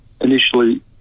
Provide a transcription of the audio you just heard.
initially